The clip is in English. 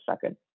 second